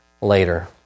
later